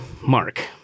Mark